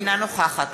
אינה נוכחת